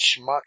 Schmuck